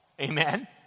Amen